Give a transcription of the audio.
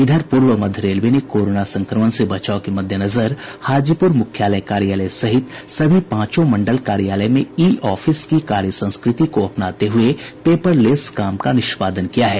इधर पूर्व मध्य रेलवे ने कोरोना संक्रमण से बचाव के मद्देनजर हाजीपुर मुख्यालय कार्यालय सहित सभी पांचों मंडल कार्यालय में ई ऑफिस की कार्य संस्कृति को अपनाते हुये पेपर लेस काम का निष्पादन किया है